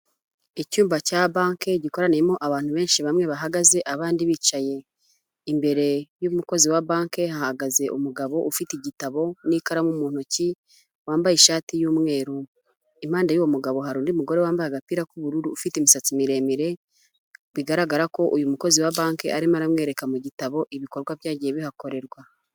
Icyumba cya banki gikoraniyemo abantu benshi bamwe bahagaze abandi bicaye. Imbere y'umukozi wa banki hahagaze umugabo ufite igitabo n'ikaramu mu ntoki wambaye ishati y'umweru. Impande y'uyu mugabo hari undi mugore wambaye agapira k'ubururu ufite imisatsi miremire, bigaragara ko uyu mukozi wa banki arimo aramwereka mu gitabo ibikorwa byagiye bihakorerwa.